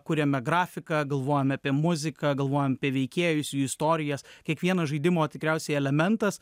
kuriame grafiką galvojame apie muziką galvojam apie veikėjus jų istorijas kiekvienas žaidimo tikriausiai elementas